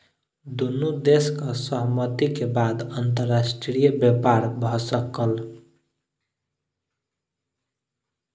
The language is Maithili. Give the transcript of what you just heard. दुनू देशक सहमति के बाद अंतर्राष्ट्रीय व्यापार भ सकल